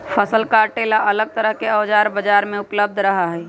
फसल काटे ला अलग तरह के औजार बाजार में उपलब्ध रहा हई